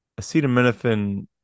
acetaminophen